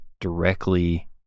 directly